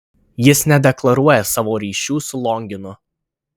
jis nedeklaruoja savo ryšių su longinu